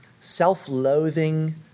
self-loathing